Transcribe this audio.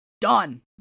done